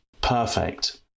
perfect